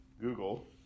Google